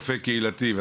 הוא דיבר על רופא קהילתי.